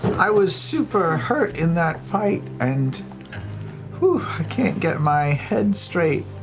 i was super hurt in that fight, and whew, i can't get my head straight.